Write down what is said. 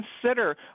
consider